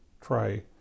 try